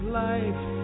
life